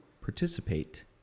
participate